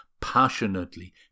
passionately